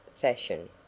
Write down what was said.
fashion